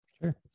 Sure